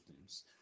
teams